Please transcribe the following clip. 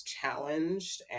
challenged